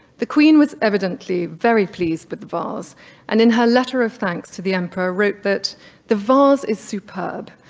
the queen was evidently very pleased with but the vase and in her letter of thanks to the emperor wrote that the vase is superb,